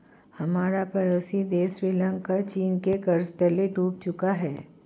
हमारा पड़ोसी देश श्रीलंका चीन के कर्ज तले डूब चुका है